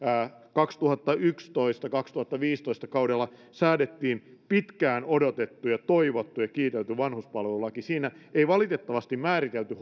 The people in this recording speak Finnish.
kaksituhattayksitoista viiva kaksituhattaviisitoista säädettiin pitkään odotettu ja toivottu ja kiitelty vanhuspalvelulaki siinä ei valitettavasti määritelty